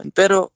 pero